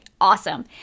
awesome